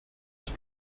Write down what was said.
ich